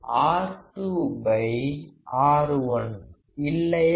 R2R1 இல்லையா